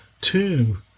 two